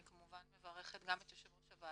אני כמובן מברכת גם את יו"ר הוועדה,